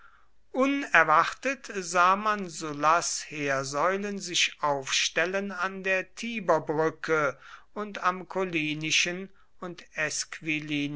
unerwartet sah man sullas heersäulen sich aufstellen an der tiberbrücke und am collinischen und